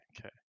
okay